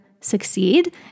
succeed